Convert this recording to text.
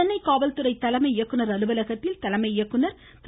சென்னை காவல்துறை தலைமை இயக்குநர் அலுவலகத்தில் தலைமை இயக்குநர் திரு